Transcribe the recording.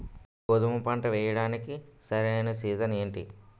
గోధుమపంట వేయడానికి సరైన సీజన్ ఏంటి?